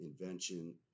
invention